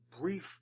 brief